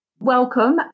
Welcome